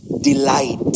delight